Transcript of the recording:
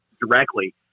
directly